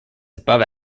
above